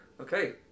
Okay